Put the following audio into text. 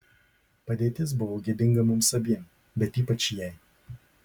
padėtis buvo gėdinga mums abiem bet ypač jai